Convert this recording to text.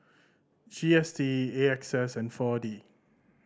G S T A X S and Four D